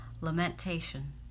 lamentation